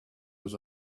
was